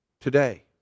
today